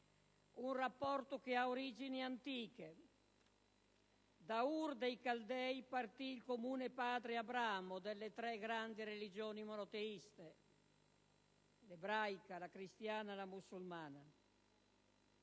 Un rapporto che ha origini antiche: da Ur dei Caldei partì Abramo, il comune padre delle tre grandi religioni monoteiste, l'ebraica, la cristiana, la musulmana.